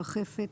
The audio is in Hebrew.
רחפת,